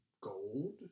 gold